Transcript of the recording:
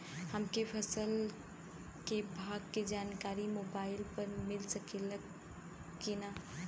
हमके फसल के भाव के जानकारी मोबाइल पर मिल सकेला की ना?